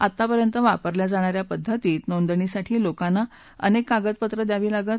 आतापर्यंत वापरल्या जाणाऱ्या पद्धतीत नोंदणीसाठी लोकांना अनेक कागदपत्रं द्यावी लागत